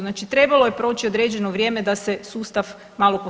Znači trebalo je proći određeno vrijeme da se sustav malo posloži.